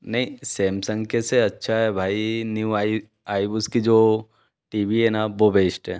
नही सेमसंग कैसे अच्छा है भाई न्यू आइ आई उसकी जो टी वी है ना वो बेश्ट है